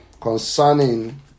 concerning